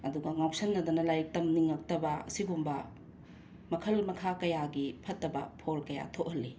ꯑꯗꯨꯒ ꯉꯥꯎꯁꯤꯟꯅꯗꯅ ꯂꯥꯏꯔꯤꯛ ꯇꯝꯅꯤꯡꯂꯛꯇꯕ ꯁꯤꯒꯨꯝꯕ ꯃꯈꯜ ꯃꯈꯥ ꯀꯌꯥꯒꯤ ꯐꯠꯇꯕ ꯐꯣꯜ ꯀꯌꯥ ꯊꯣꯛꯍꯜꯂꯤ